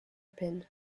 peine